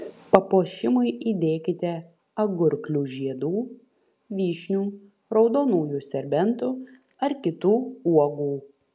papuošimui įdėkite agurklių žiedų vyšnių raudonųjų serbentų ar kitų uogų